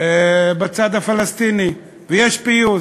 בצד הפלסטיני, ויש פיוס.